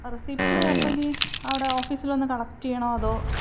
ആ റിസിപ്റ്റ് അപ്പം ഇനി അവിടെ ഓഫീസിൽ വന്ന് കളക്ട് ചെയ്യണോ അതോ